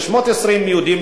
14,620 יהודים,